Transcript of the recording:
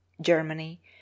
Germany